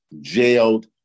jailed